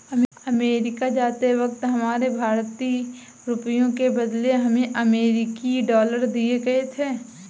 America जाते वक्त हमारे भारतीय रुपयों के बदले हमें अमरीकी डॉलर दिए गए थे